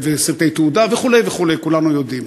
וסרטי תעודה וכו' וכו'; כולנו יודעים.